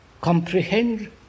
comprehend